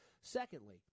Secondly